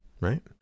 right